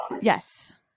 Yes